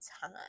time